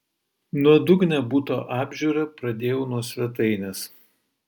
nuodugnią buto apžiūrą pradėjau nuo svetainės